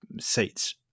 seats